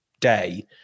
day